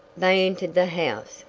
they entered the house,